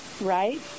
right